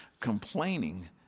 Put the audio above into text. complaining